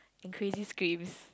and crazy screams